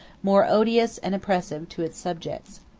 more odious and oppressive to its subjects.